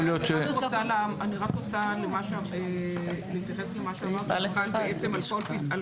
אני רוצה להתייחס למה שנאמר לגבי כל סעיף